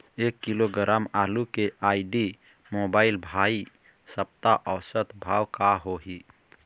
एक किलोग्राम आलू के आईडी, मोबाइल, भाई सप्ता औसत भाव का होही?